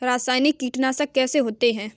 रासायनिक कीटनाशक कैसे होते हैं?